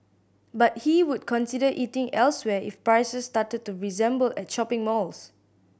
but he would consider eating elsewhere if prices started to resemble at shopping malls